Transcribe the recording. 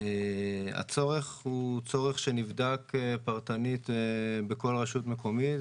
הצורך הוא צורך שנבדק פרטנית בכל רשות מקומית,